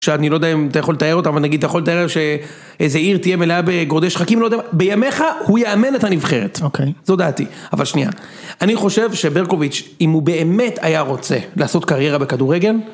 שאני לא יודע אם אתה יכול לתאר אותה, אבל נגיד, אתה יכול לתאר שאיזה עיר תהיה מלאה בגורדי שחקים, לא יודע, בימיך הוא יאמן את הנבחרת. אוקיי. זו דעתי. אבל שנייה, אני חושב שברקוביץ', אם הוא באמת היה רוצה לעשות קריירה בכדורגל...